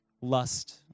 lust